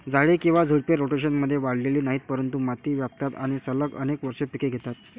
झाडे किंवा झुडपे, रोटेशनमध्ये वाढलेली नाहीत, परंतु माती व्यापतात आणि सलग अनेक वर्षे पिके घेतात